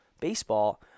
baseball